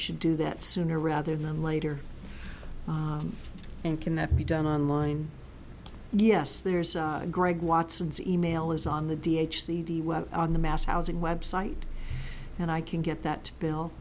should do that sooner rather than later and can that be done on line yes there's greg watson's e mail is on the d h the on the mass housing website and i can get that bill